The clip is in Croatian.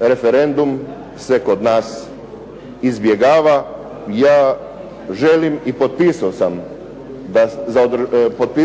referendum se kod nas izbjegava. Ja želim i potpisao sam,